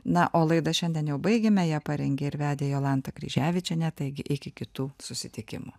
na o laidą šiandien jau baigėme ją parengė ir vedė jolanta kryževičienė taigi iki kitų susitikimų